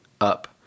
up